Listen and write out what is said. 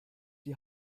die